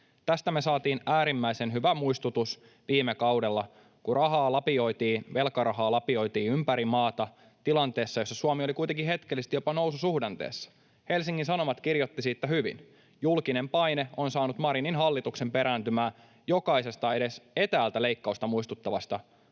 Tästä me saatiin äärimmäisen hyvä muistutus viime kaudella, kun velkarahaa lapioitiin ympäri maata tilanteessa, jossa Suomi oli kuitenkin hetkellisesti jopa noususuhdanteessa. Helsingin Sanomat kirjoitti siitä hyvin: ”Julkinen paine on saanut Marinin hallituksen perääntymään jokaisesta edes etäältä leikkausta muistuttavasta